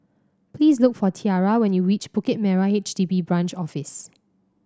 please look for Tiara when you reach Bukit Merah H D B Branch Office